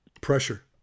pressure